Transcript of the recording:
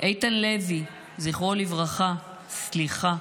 איתן לוי, זכרו לברכה, סליחה,